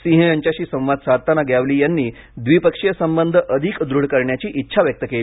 सिंह यांच्याशी संवाद साधताना ग्यावाली यांनी द्विपक्षीय संबंध अधिक दृढ करण्याची इच्छा व्यक्त केली